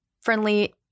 friendly